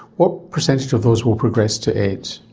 what percentage of those will progress to aids?